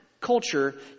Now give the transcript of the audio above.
culture